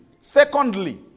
Secondly